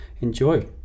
enjoy